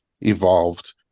evolved